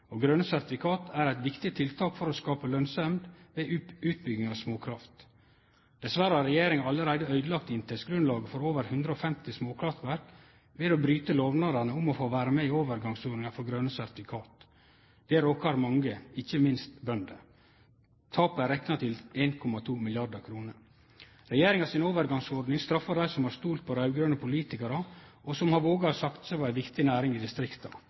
og grøne sertifikat er eit viktig tiltak for å skape lønsemd ved utbygging av småkraft. Dessverre har regjeringa allereie øydelagt inntektsgrunnlaget for over 150 småkraftverk ved å bryte lovnadene om å få vere med på overgangsordningane for grøne sertifikat. Det råkar mange, ikkje minst bønder. Tapet er rekna til 1,2 mrd. kr. Regjeringa si overgangsordning straffar dei som har stolt på raud-grøne politikarar, og som har våga å satse på ei viktig næring i distrikta.